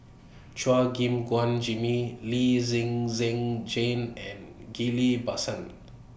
Chua Gim Guan Jimmy Lee Zhen Zhen Jane and Ghillie BaSan